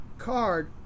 Card